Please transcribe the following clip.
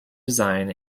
design